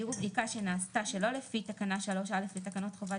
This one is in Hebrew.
חייב בבידוד לפי סעיף קטן (א); חובה